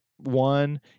one